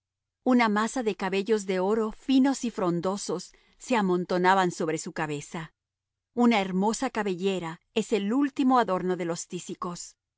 una masa de cabellos de oro finos y frondosos se amontonaban sobre su cabeza una hermosa cabellera es el último adorno de los tísicos